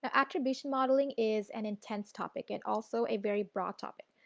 but attribution modeling is an intense topic and also a very broad topic.